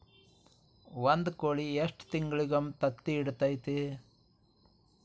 ಒಂದ್ ಕೋಳಿ ಎಷ್ಟ ತಿಂಗಳಿಗೊಮ್ಮೆ ತತ್ತಿ ಇಡತೈತಿ?